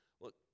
look